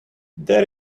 there